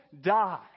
die